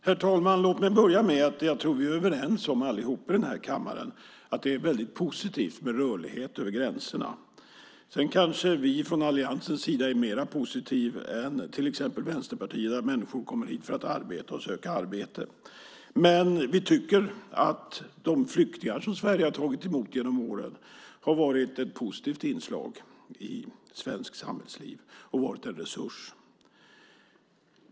Herr talman! Låt mig börja med att säga att jag tror att vi alla i den här kammaren nog är överens om att det är väldigt positivt med rörlighet över gränserna. Sedan kanske vi i alliansen är mer positiva än exempelvis vänsterpartierna när det gäller att människor kommer hit för att arbeta eller söka arbete. Men vi tycker att de flyktingar som Sverige har tagit emot genom åren har varit ett positivt inslag i svenskt samhällsliv och varit en resurs.